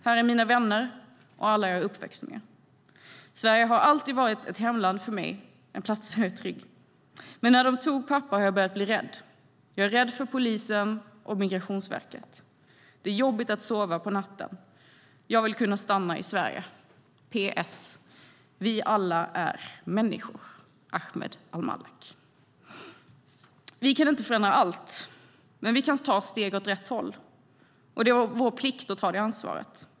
Här är mina vänner och alla jag är uppväxt med. Sverige har alltid varit mitt hemland för mig en plats där jag är trygg. Men när de tog pappa har jag börjat bli rädd. Jag är rädd för polisen och MV. Det är jobbigt att sova på natten. Jag vill kunna stanna i Sverige. PS/Vi alla är människor. Ahmed Almallak." Vi kan inte förändra allt, men vi kan ta steg åt rätt håll, och det är vår plikt att ta det ansvaret.